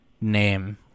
name